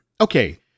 Okay